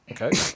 Okay